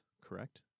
correct